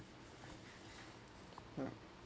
ya